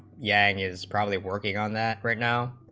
yeah gang is probably working on that right now